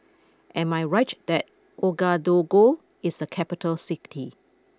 am I right that Ouagadougou is a capital city